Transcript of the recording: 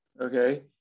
okay